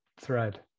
thread